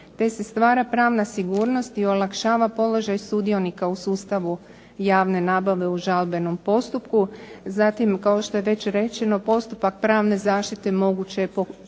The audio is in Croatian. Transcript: te se stvara pravna sigurnost i olakšava položaj sudionika u sustavu javne nabave u žalbenom postupku. Zatim, kao što je već rečeno, postupak pravne zaštite moguće je pokrenuti